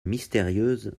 mystérieuse